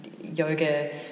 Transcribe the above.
yoga